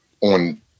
on